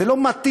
זה לא מתאים.